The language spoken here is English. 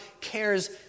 cares